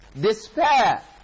despair